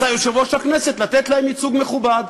מצא יושב-ראש הכנסת לתת להם ייצוג מכובד,